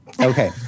Okay